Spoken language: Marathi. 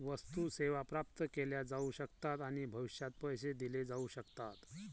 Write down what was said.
वस्तू, सेवा प्राप्त केल्या जाऊ शकतात आणि भविष्यात पैसे दिले जाऊ शकतात